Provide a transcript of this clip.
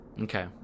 Okay